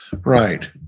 right